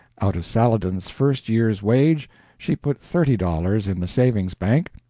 out of saladin's first year's wage she put thirty dollars in the savings-bank,